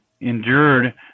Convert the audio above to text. endured